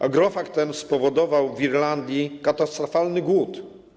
Agrofag ten spowodował w Irlandii katastrofalny głód.